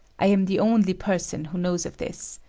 i am the only person who knows of this.